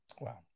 Wow